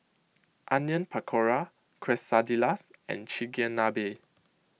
Onion Pakora Quesadillas and Chigenabe